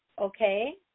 okay